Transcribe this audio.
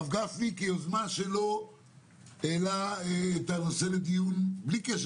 חבר הכנסת גפני העלה את הנושא לדיון בלי קשר